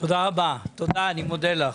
תודה רבה, אני מודה לך.